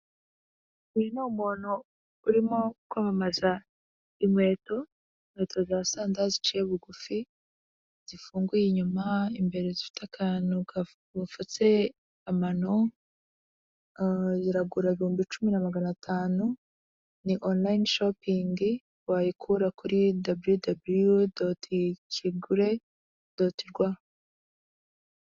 Uyu ni umuntu urimo kwamamaza inkweto. Inkweto za sandari ziciye bugufi, zifunguye inyuma, imbere zifite akantu gapfutse amano. Ziragura ibihumbi cumi na magana atanu ni onolayine shopingi wayikura kuri www.kigure.rw.